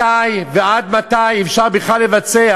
מתי, עד מתי אפשר בכלל לבצע?